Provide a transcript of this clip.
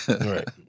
Right